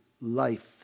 life